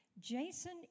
Jason